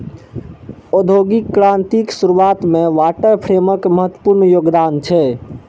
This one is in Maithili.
औद्योगिक क्रांतिक शुरुआत मे वाटर फ्रेमक महत्वपूर्ण योगदान छै